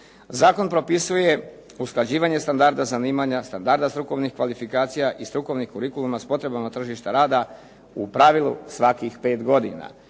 Zakon propisuje usklađivanje standarda zanimanja, standarda strukovnih kvalifikacija i strukovnih kurikuluma s potrebama tržišta rada u pravilu svakih 5 godina.